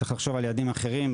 צריך לחשוב על יעדים אחרים,